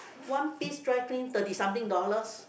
one piece dry clean thirty something dollars